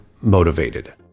motivated